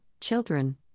children